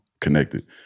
connected